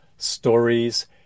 stories